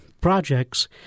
projects